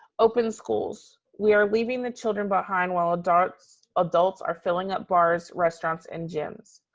open schools, we are leaving the children behind while adults adults are filling up bars, restaurants, and gyms.